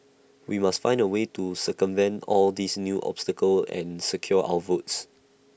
we must find A way to circumvent all these new obstacles and secure our votes